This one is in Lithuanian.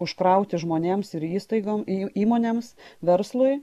užkrauti žmonėms ir įstaigom įmonėms verslui